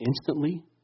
instantly